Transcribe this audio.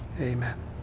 amen